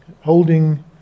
holding